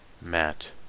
Matt